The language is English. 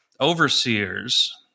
overseers